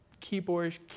keyboards